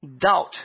doubt